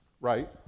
right